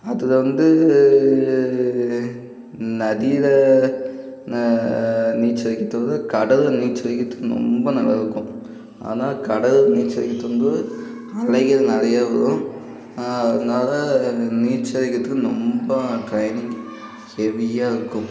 அதில் வந்து நதியில் ந நீச்சலடிருக்கிறத விட கடலில் நீச்சல் அடிக்கிறத்துக்கு ராெம்ப நல்லாயிருக்கும் ஆனால் கடல் நீச்சலடிக்குறத்தும் போது அலைகள் நிறையா வரும் அதனால நீச்சலடிக்கிறத்துக்கு ரொம்ப ட்ரைனிங் ஹெவியாக இருக்கும்